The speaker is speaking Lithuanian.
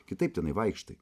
kitaip tenai vaikštai